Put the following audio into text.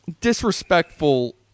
disrespectful